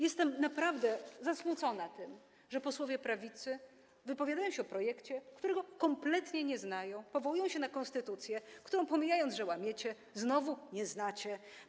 Jestem naprawdę zasmucona tym, że posłowie prawicy wypowiadają się o projekcie, którego kompletnie nie znają, powołują się na konstytucję, której - pomijam, że ją łamiecie - znowu nie znacie.